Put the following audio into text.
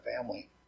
family